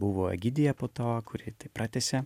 buvo egidija po to kuri pratęsė